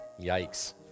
Yikes